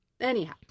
anyhow